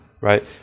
right